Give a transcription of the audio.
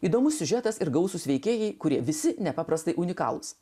įdomus siužetas ir gausūs veikėjai kurie visi nepaprastai unikalūs